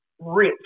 rich